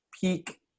peak